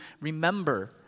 remember